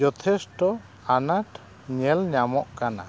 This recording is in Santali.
ᱡᱚᱛᱷᱮᱥᱴᱚ ᱟᱱᱟᱴ ᱧᱮᱞ ᱧᱟᱢᱚᱜ ᱠᱟᱱᱟ